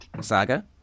saga